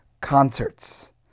Concerts